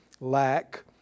lack